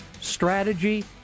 strategy